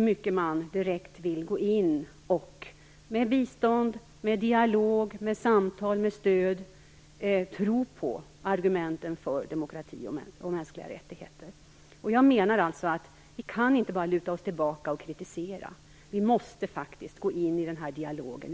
mycket man direkt genom bistånd, dialog, samtal och stöd vill visa att man tror på argumenten för demokrati och mänskliga rättigheter. Jag menar att vi inte bara kan luta oss tillbaka och kritisera. Vi måste faktiskt gå in i den här dialogen.